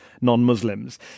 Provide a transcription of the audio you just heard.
non-Muslims